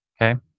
Okay